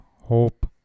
hope